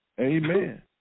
Amen